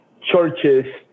churches